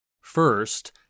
First